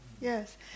Yes